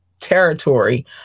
territory